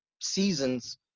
seasons